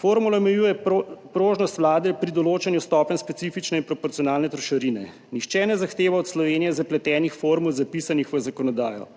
Formula omejuje prožnost Vlade pri določanju stopenj specifične in proporcionalne trošarine. Nihče ne zahteva od Slovenije zapletenih formul, zapisanih v zakonodajo.